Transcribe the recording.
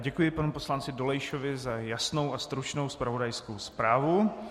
Děkuji panu poslanci Dolejšovi za jasnou a stručnou zpravodajskou zprávu.